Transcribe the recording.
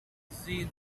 zero